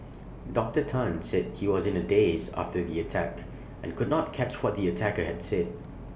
Doctor Tan said he was in A daze after the attack and could not catch what the attacker had said